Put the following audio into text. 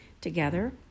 Together